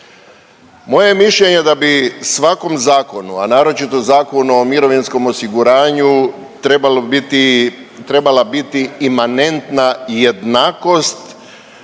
Moje mišljenje je da bi svakom zakonu a naročito Zakonu o mirovinskom osiguranju trebalo bi biti, trebala biti imanentna jednakost